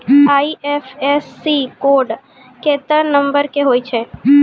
IFSC code केत्ते number के होय छै